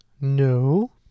No